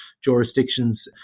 jurisdictions